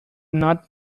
not